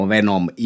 Venom